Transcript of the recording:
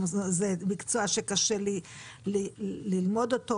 מקצוע שקשה ללמוד אותו?